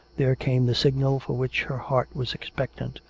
there came the signal for which her heart was expectant,